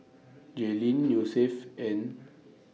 Jaelyn Yosef and